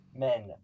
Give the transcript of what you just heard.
men